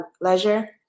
leisure